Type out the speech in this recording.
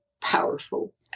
powerful